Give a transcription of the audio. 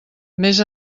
més